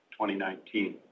2019